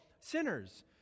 sinners